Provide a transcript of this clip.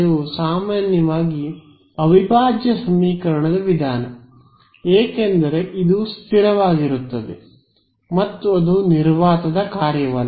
ಗ್ರೀನ್ನ ಕಾರ್ಯವು ಸಾಮಾನ್ಯವಾಗಿ ಅವಿಭಾಜ್ಯ ಸಮೀಕರಣದ ವಿಧಾನ ಏಕೆಂದರೆ ಇದು ಸ್ಥಿರವಾಗಿರುತ್ತದೆ ಮತ್ತು ಅದು ನಿರ್ವಾತದ ಕಾರ್ಯವಲ್ಲ